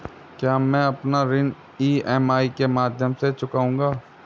क्या मैं अपना ऋण ई.एम.आई के माध्यम से चुकाऊंगा?